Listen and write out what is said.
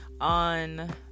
on